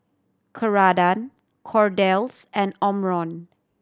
Ceradan Kordel's and Omron